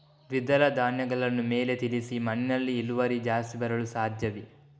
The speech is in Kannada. ದ್ವಿದಳ ಧ್ಯಾನಗಳನ್ನು ಮೇಲೆ ತಿಳಿಸಿ ಮಣ್ಣಿನಲ್ಲಿ ಇಳುವರಿ ಜಾಸ್ತಿ ಬರಲು ಸಾಧ್ಯವೇ?